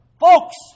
Folks